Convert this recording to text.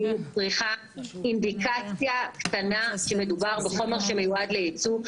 אני צריכה אינדיקציה קטנה שמדובר בחומר שמיועד לייצוא.